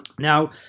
Now